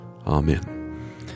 Amen